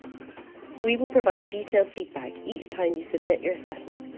we will provide detailed feedback each time you submit your assessments,